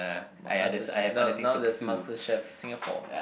Master Ch~ now now there's Master Chef Singapore